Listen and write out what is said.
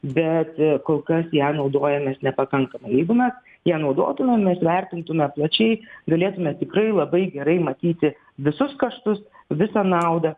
bet kol kas ja naudojamės nepakankamai jeigu mes ją naudotumėm mes vertintume plačiai galėtume tikrai labai gerai matyti visus kaštus visą naudą